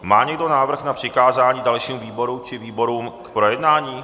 Má někdo návrh na přikázání dalšímu výboru či výborům k projednání?